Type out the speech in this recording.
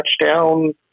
touchdown